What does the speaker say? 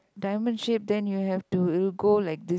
diamond shape then you'll have to go like this